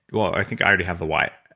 well, i think i already have the why.